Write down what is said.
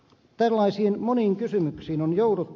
tällaisiin moniin kysymyksiin on jouduttu